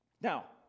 Now